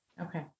Okay